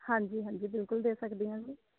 ਹਾਂਜੀ ਹਾਂਜੀ ਬਿਲਕੁਲ ਦੇ ਸਕਦੇ ਹਾਂ ਜੀ